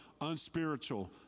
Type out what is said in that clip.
unspiritual